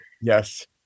yes